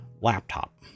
laptop